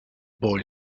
boy